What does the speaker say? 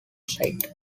side